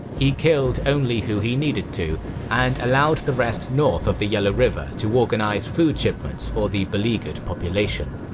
he killed only who he needed to and allowed the rest north of the yellow river to organize food shipments for the beleaguered population.